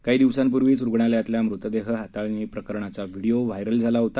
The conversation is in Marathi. काही दिवसांपूर्वीच रुग्णालयतल्या मृतदेह हाताळणी प्रकरणाचा व्हिडिओ व्हायरल झाला होता